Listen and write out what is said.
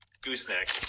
gooseneck